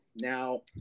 Now